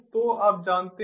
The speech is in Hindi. तो आप जानते हैं